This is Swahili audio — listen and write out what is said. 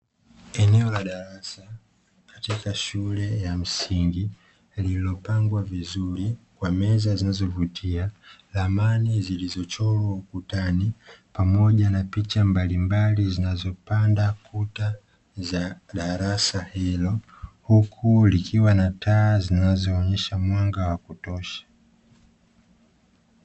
Eneo la darasa katika shule ya msingi lililopangwa vizuri kwa meza zilizovutia, thamani zilizochorwa ukutani pamoja na picha mbalimbali zinazopamba kuta za darasa hilo; huku likiwa na taa zinazoonesha mwanga wa kutosha.